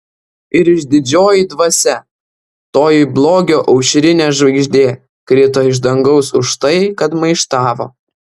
ir išdidžioji dvasia toji blogio aušrinė žvaigždė krito iš dangaus už tai kad maištavo